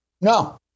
No